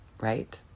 Right